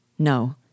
No